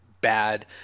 Bad